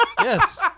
Yes